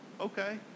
okay